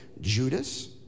Judas